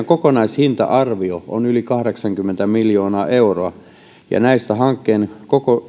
kokonaishinta arvio on yli kahdeksankymmentä miljoonaa euroa ja tästä hankkeen